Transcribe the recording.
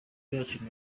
yacu